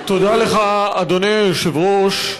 תודה לך, אדוני היושב-ראש.